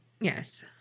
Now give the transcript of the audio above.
Yes